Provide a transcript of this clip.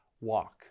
walk